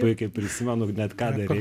puikiai prisimenu net ką darei